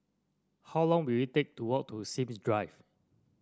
how long will it take to walk to Sims Drive